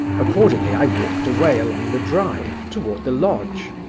accordingly i walked away along the drive toward the lodge,